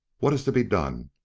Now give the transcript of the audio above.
what is to be done?